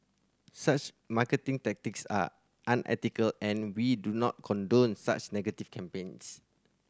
such marketing tactics are unethical and we do not condone such negative campaigns